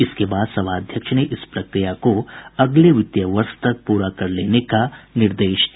इसके बाद सभाध्यक्ष ने इस प्रक्रिया को अगले वित्तीय वर्ष तक प्रा कर लेने का निर्देश दिया